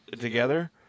together